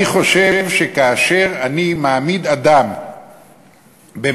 אבל אני חושב שכאשר אני מעמיד אדם במצב